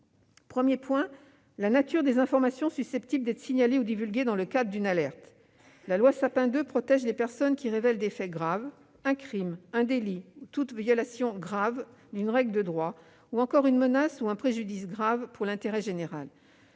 Premier point : la nature des informations susceptibles d'être signalées ou divulguées dans le cadre d'une alerte. La loi Sapin II protège les personnes qui révèlent des faits graves : un crime, un délit, toute autre violation grave d'une règle de droit, ou encore une menace ou un préjudice graves pour l'intérêt général.